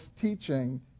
teaching